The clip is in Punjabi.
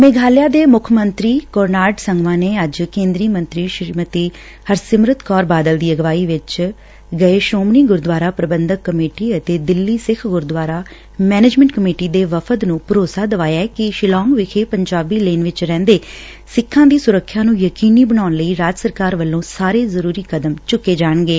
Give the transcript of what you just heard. ਮੇਘਾਲਿਆ ਦੇ ਮੁੱਖ ਮੰਤਰੀ ਕੋਰਨਾਡ ਸੰਗਮਾਂ ਨੇ ਅੱਜ ਕੇਂਦਰੀ ਮੰਤਰੀ ਸ੍ਰੀਮਤੀ ਹਰਸਿਮਰਤ ਕੌਰ ਬਾਦਲ ਦੀ ਅਗਵਾਈ ਵਿਚ ਗਏ ਸ੍ਰੋਮਣੀ ਗੁਰਦੁਆਰਾ ਕਮੇਟੀ ਅਤੇ ਦਿੱਲੀ ਸਿੱਖ ਗੁਰਦੁਆਰਾ ਮੈਨੇਜਮੈਂਟ ਕਮੇਟੀ ਦੇ ਵਫ਼ਦ ਨੂੰ ਭਰੋਸਾ ਦਿਵਾਇਆ ਕਿ ਸ਼ਿਲੌਂਗ ਵਿਖੇ ਪੰਜਾਬੀ ਲੇਨ ਵਿਚ ਰਹਿੰਦੇ ਸਿੱਖਾਂ ਦੀ ਸੁਰੱਖਿਆ ਨੂੰ ਯਕੀਨੀ ਬਣਾਉਣ ਲਈ ਰਾਜ ਸਰਕਾਰ ਵੱਲੋਂ ਸਾਰੇ ਜ਼ਰੁਰੀ ਕਦਮ ਚੁੱਕੇ ਜਾਣਗੇ